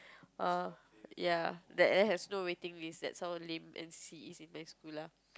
err ya that has no waiting list that's how lame and see easy in my school lah